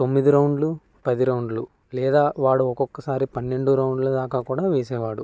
తొమ్మిది రౌండ్లు పది రౌండ్లు లేదా వాడు ఒక్కొక్కసారి పన్నెండు రౌండ్లు దాగా కూడా వేసేవాడు